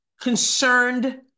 concerned